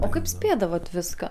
o kaip spėdavot viską